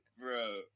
Bro